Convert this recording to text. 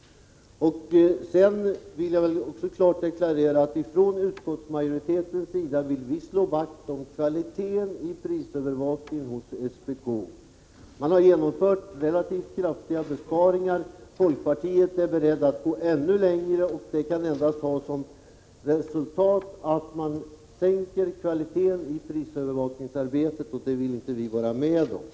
Jag vill klart deklarera att utskottsmajoriteten vill slå vakt om kvaliteten i prisövervakningen hos SPK. Man har genomfört relativt kraftiga besparingar där. Folkpartiet är berett att gå ännu längre, men det kan endast få som resultat att kvaliteten i prisövervakningsarbetet sänks, vilket vi inte vill vara med om.